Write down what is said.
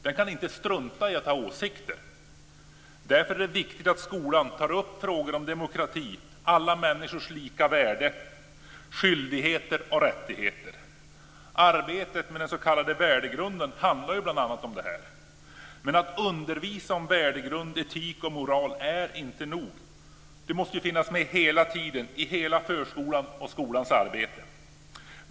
Den kan inte strunta i att ha åsikter. Därför är det viktigt att skolan tar upp frågor om demokrati, alla människors lika värde, skyldigheter och rättigheter. Arbetet med den s.k. värdegrunden handlar bl.a. om detta. Men att undervisa om värdegrund, etik och moral är inte nog. Värdegrunden måste finnas med hela tiden i hela förskolans och skolans arbete.